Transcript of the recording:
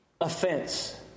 offense